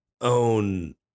own